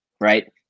right